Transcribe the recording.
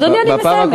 אדוני, אני מסיימת.